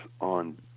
on